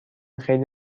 خیلی